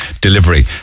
delivery